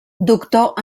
doctor